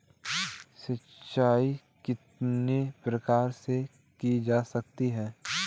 सिंचाई कितने प्रकार से की जा सकती है?